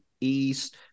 East